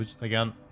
again